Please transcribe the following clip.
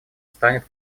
станет